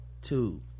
two